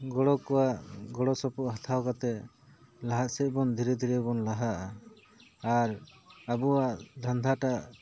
ᱜᱚᱲᱚ ᱠᱚᱣᱟᱜ ᱜᱚᱲᱚ ᱥᱚᱯᱚᱦᱚᱫ ᱦᱟᱛᱟᱣ ᱠᱟᱛᱮ ᱞᱟᱦᱟᱥᱮᱫ ᱵᱚᱱ ᱫᱷᱤᱨᱮ ᱫᱷᱤᱨᱮ ᱵᱚᱱ ᱞᱟᱦᱟᱜᱼᱟ ᱟᱨ ᱟᱵᱚᱣᱟᱜ ᱫᱷᱟᱱᱫᱷᱟᱴᱟᱜ